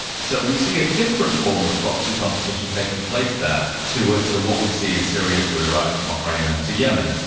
so we see a different form of proxy competition taking place there to ah to what we see in syria, to iraq, to bahrain and to yemen.